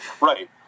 Right